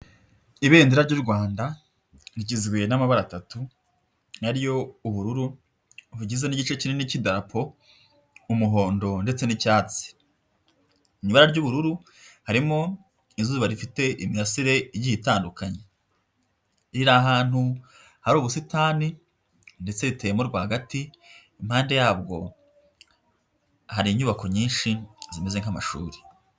Ibendera ry'u Rwanda rigizwe n'amabara atatu, ariyo ubururu bugize n'igice kinini cy'idarapo, umuhondo ndetse n'icyatsi, mu ibara ry'ubururu harimo izuba rifite imirasire igiye itandukanye, riri ahantu hari ubusitani ndetse riteyemo rwagati impande yabwo hari inyubako nyinshi zimeze nk'amashuri.